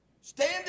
Stand